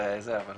זה לא